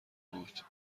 بود